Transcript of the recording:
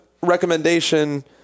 recommendation